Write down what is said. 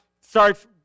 starts